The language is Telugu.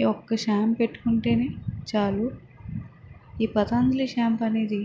ఈ ఒక్క షాంపూ పెట్టుకుంటేనే చాలు ఈ పతాంజలి షాంప్ అనేది